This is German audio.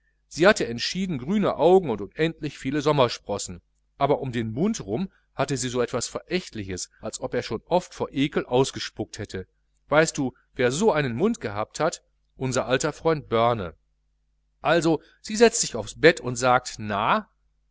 sie hatte entschieden grüne augen und unendlich viel sommersprossen aber um den mund rum hatte sie so was verächtliches als ob er schon oft vor ekel ausgespuckt hätte weißt du wer so einen mund gehabt hat unser alter freund börne also sie setzt sich aufs bett und sagt na